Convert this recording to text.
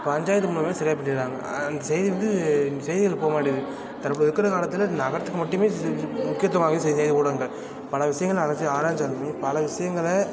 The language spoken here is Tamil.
பஞ்சாயத்து மூலயமே சரியா பண்ணிடுறாங்கள் அந்த செய்தி வந்து செய்திகள்ல போகமாட்டேங்குது தற்போது இருக்கிற காலத்தில் நகரத்துக்கு மட்டுமே முக்கியத்துவமாக செய்தியாய் ஊடகங்கள் பல விஷயங்கள அலசி ஆராய்ஞ்சாலுமே பல விஷயங்கள